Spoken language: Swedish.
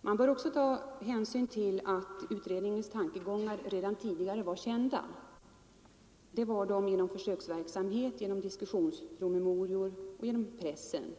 Man bör också ta hänsyn till att utredningens tankegångar redan tidigare var kända genom försöksverksamhet, diskussionspromemorior och genom pressen.